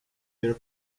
their